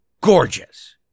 gorgeous